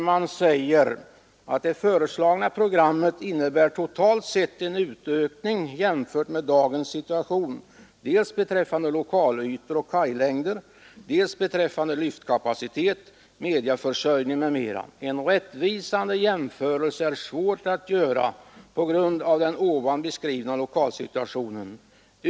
Byggnadsstyrelsen skriver: ”Det föreslagna programmet innebär totalt sett en utökning jämfört med dagens situation dels beträffande lokalytor och kajlängder, dels beträffande lyftkapacitet, mediaförsörjning m.m. En rättvisande jämförelse är svår att göra på grund av den ovan beskrivna lokalsituationen.